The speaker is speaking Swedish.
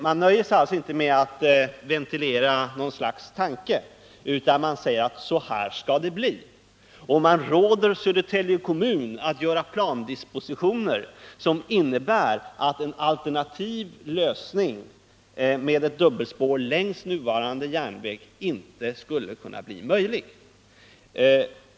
Man nöjer sig alltså inte med att ventilera en tanke, utan man säger: Så här skall det bli. Och man råder Södertälje kommun att göra plandispositioner som innebär att en alternativ lösning med ett dubbelspår längs nuvarande järnväg inte skulle kunna bli möjlig.